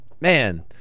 man